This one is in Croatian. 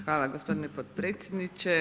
Hvala gospodine potpredsjedniče.